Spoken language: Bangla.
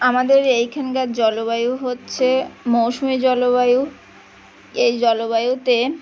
আমাদের এইখানকার জলবায়ু হচ্ছে মৌসুমী জলবায়ু এই জলবায়ুতে